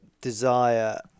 desire